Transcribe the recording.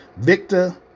Victor